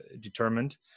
determined